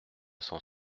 cent